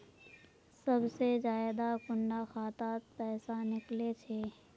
सबसे ज्यादा कुंडा खाता त पैसा निकले छे?